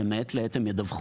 שאומר שמעת לעת הם ידווחו,